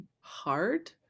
hard